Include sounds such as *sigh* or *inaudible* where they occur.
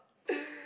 *noise*